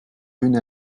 une